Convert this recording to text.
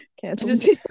Cancel